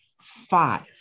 five